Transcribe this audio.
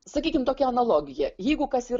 sakykim tokia analogija jeigu kas ir